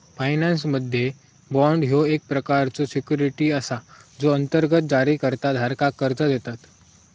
फायनान्समध्ये, बाँड ह्यो एक प्रकारचो सिक्युरिटी असा जो अंतर्गत जारीकर्ता धारकाक कर्जा देतत